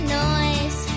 noise